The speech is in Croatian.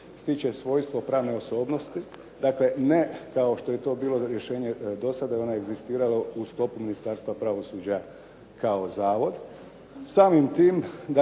stiče svojstvo pravne osobnosti. Dakle, ne kao što je to bilo rješenje do sada. Ona je egzistirala u sklopu Ministarstva pravosuđa kao zavod.